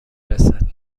رسد